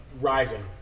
rising